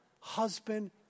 husband